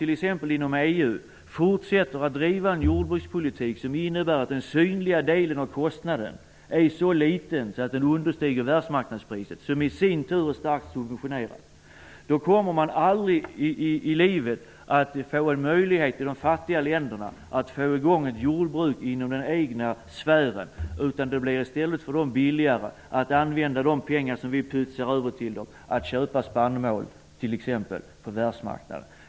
Om man däremot inom EU fortsätter att driva en jordbrukspolitik som innebär att den synliga delen av kostnaden är så liten att den understiger världsmarknadspriset som i sin tur är starkt subventionerat kommer de fattiga länderna aldrig någonsin att få en möjlighet att få i gång ett jordbruk inom den egna sfären. För dem blir det i stället billigare att använda de pengar som vi pytsar över till att köpa spannmål t.ex. på världsmarknaden.